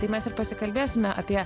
tai mes ir pasikalbėsime apie